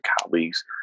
colleagues